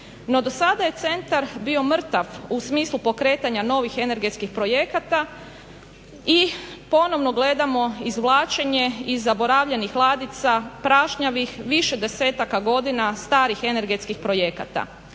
No, do sada je centar bio mrtav, u smislu pokretanja novih energetskih projekata i ponovno gledamo izvlačenje iz zaboravljenih ladica, prašnjavih, više desetaka godina starih energetskih projekata.